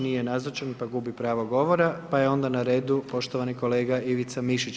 Nije nazočan, pa gubi pravo govora pa je onda na redu poštovani kolega Ivica Mišić.